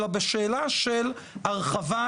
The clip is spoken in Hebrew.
אלא בשאלה של הרחבת